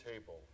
table